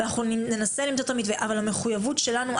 אבל המחויבות שלנו,